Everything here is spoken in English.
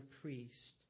priest